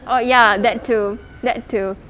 oh ya that too that too